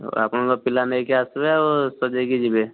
ହେଉ ଆପଣଙ୍କ ପିଲା ନେଇକି ଆସିବେ ଆଉ ସଜାଇକି ଯିବେ